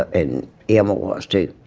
and elmer was, too.